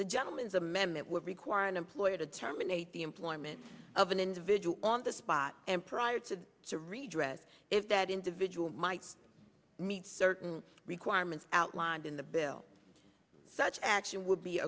the gentlemens amendment would require an employer to terminate the employment of an individual on the spot and prior to to redress if that individual might meet certain requirements outlined in the bill such action would be